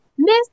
miss